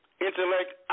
intellect